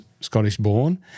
Scottish-born